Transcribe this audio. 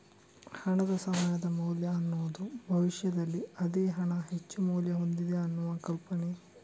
ಹಣದ ಸಮಯದ ಮೌಲ್ಯ ಅನ್ನುದು ಭವಿಷ್ಯದಲ್ಲಿ ಅದೇ ಹಣ ಹೆಚ್ಚು ಮೌಲ್ಯ ಹೊಂದಿದೆ ಅನ್ನುವ ಕಲ್ಪನೆ